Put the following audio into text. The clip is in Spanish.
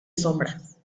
sombras